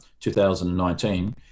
2019